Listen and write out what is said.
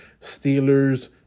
Steelers